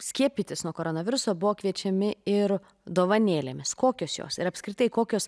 skiepytis nuo koronaviruso buvo kviečiami ir dovanėlėmis kokios jos ir apskritai kokios